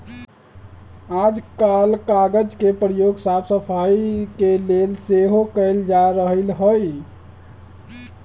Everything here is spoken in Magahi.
याजकाल कागज के प्रयोग साफ सफाई के लेल सेहो कएल जा रहल हइ